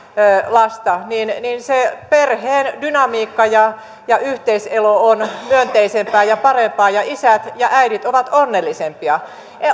lasta se perheen dynamiikka ja ja yhteiselo on myönteisempää ja parempaa ja isät ja äidit ovat onnellisempia